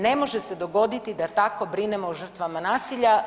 Ne može se dogoditi da tako brinemo o žrtvama nasilja.